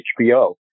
HBO